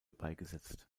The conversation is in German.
beigesetzt